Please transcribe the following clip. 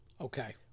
Okay